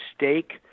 mistake